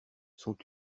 sont